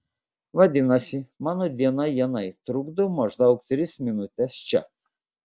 vadinasi mano diena ienai truko maždaug tris minutes čia